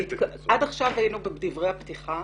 עכשיו היינו בדברי הפתיחה